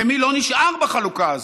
למי לא נשאר בחלוקה הזאת?